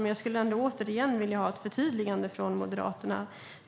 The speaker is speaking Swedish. Men jag vill återigen ha ett förtydligande från Moderaterna.